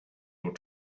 your